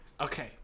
Okay